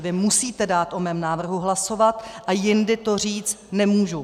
Vy musíte dát o mém návrhu hlasovat a jindy to říct nemůžu.